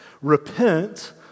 repent